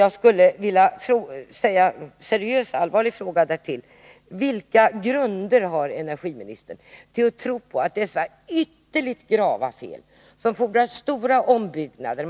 Jagskulle vilja ställa en seriös fråga till Birgitta Dahl. Vilka grunder bygger energiministern på? Verket är behäftat med ytterligt grava fel som fordrar stora ombyggnader.